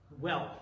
Wealth